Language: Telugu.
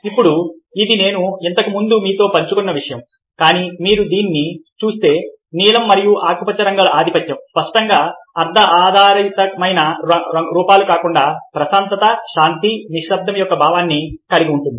ఇప్పుడు ఇది నేను ఇంతకు ముందు మీతో పంచుకున్న విషయం కానీ మీరు దీన్ని చూస్తే నీలం మరియు ఆకుపచ్చ రంగుల ఆధిపత్యం స్పష్టంగా అర్థ ఆధారితమైన రూపాలు కాకుండా ప్రశాంతత శాంతి నిశ్శబ్దం యొక్క భావాన్ని కలిగి ఉంటుంది